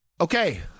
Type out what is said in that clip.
Okay